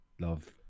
love